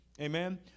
Amen